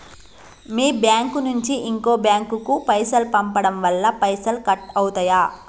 మీ bank నుంచి ఇంకో bank కు పైసలు పంపడం వల్ల పైసలు కట్ అవుతయా?